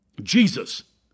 Jesus